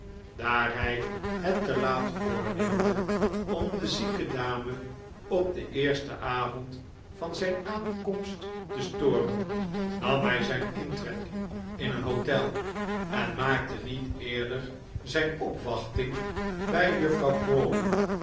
daar hij het te laat oordeelde om de zieke dame op den eersten avond van zijn aankomst te storen nam hij zijn intrek in een hotel en maakte niet eerder zijn opwachting bij juffrouw